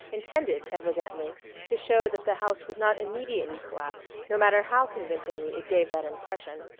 intended evidently to show that the house would not immediately collapse, no matter how convincingly it gave that impression.